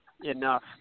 enough